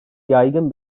yaygın